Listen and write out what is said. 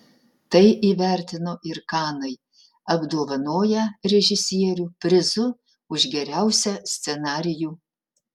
tai įvertino ir kanai apdovanoję režisierių prizu už geriausią scenarijų